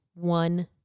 one